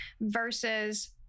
Versus